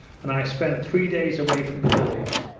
and i spent three days away from the village.